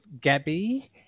Gabby –